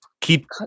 keep